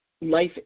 Life